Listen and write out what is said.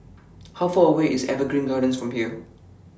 How Far away IS Evergreen Gardens from here